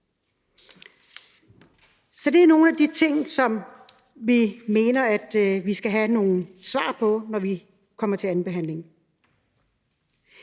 Det er nogle af de ting, som vi mener vi skal have nogle svar på, når vi kommer til andenbehandlingen.